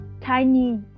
tiny